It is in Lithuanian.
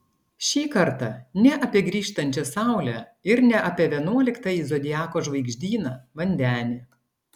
šį kartą ne apie grįžtančią saulę ir ne apie vienuoliktąjį zodiako žvaigždyną vandenį